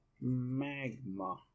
magma